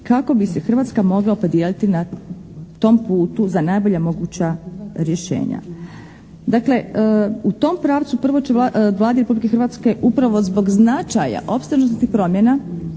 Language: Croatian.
kako bi se Hrvatska mogla opredijeliti na tom putu za najbolja moguća rješenja. Dakle, u tom pravcu prvo će Vladi Republike Hrvatske upravo zbog značaja opsežnosti promjena,